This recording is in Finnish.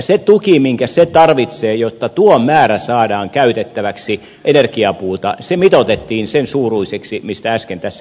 se tuki minkä se tarvitsee jotta tuo määrä saadaan käytettäväksi energiapuuta mitoitettiin sen suuruiseksi mistä äsken tässä kerroin